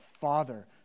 father